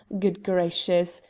good gracious!